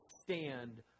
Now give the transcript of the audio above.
stand